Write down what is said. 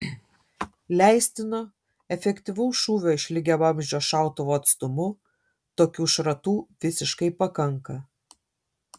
leistino efektyvaus šūvio iš lygiavamzdžio šautuvo atstumu tokių šratų visiškai pakanka